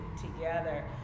together